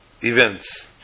events